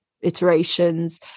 iterations